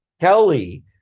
Kelly